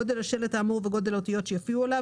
גודל השלט האמור וגודל האותיות שיופיעו עליו,